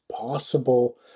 possible